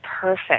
perfect